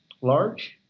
large